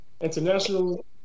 international